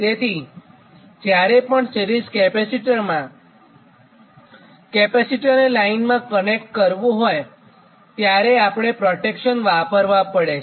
તેથી જ્યારે પણ સિરીઝ માં કેપેસિટરને લાઇનમાં કનેક્ટ કરવું હોય ત્યારે આપણે પ્રોટેક્શન વાપરવા પડે છે